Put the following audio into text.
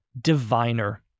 diviner